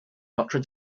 notre